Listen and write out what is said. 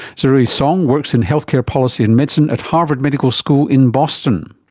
zirui song works in healthcare policy and medicine at harvard medical school in boston.